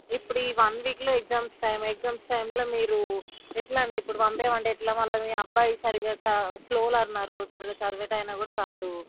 ఇప్పుడు ఈ వన్వీక్లో ఎగ్జామ్స్ టైమ్ ఎగ్జామ్స్ టైమ్లో మీరు ఎట్లా అండి ఇప్పుడు వన్ డే అంటే ఎట్లా మీ అబ్బాయి సరిగ్గా చదవ స్లో లెర్నర్ సరిగ్గా చదివేటాయన కూడా కాదు